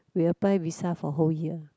we apply visa for whole year